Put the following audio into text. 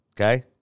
Okay